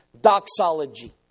doxology